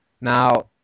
Now